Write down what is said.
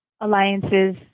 alliances